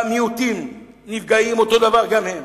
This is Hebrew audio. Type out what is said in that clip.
המיעוטים, נפגעים אותו דבר, גם הם.